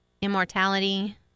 immortality